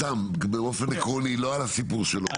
סתם באופן עקרוני, לא על הסיפור שלו.